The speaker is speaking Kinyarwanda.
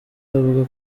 avuga